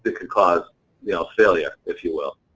cause yeah ah failure, if you will.